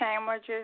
sandwiches